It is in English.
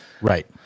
Right